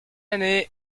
année